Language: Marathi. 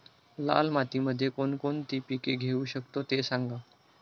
लाल मातीमध्ये कोणकोणती पिके घेऊ शकतो, ते सांगा